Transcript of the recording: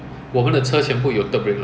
in singapore ah we have a lot of rules